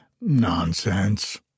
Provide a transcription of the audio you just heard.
Nonsense